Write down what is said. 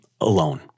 alone